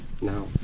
now